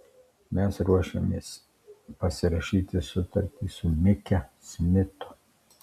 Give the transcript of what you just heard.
mes ruošiamės pasirašyti sutartį su mike smitu